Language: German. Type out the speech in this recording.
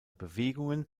bewegungen